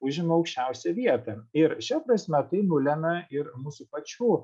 užima aukščiausią vietą ir šia prasme tai nulemia ir mūsų pačių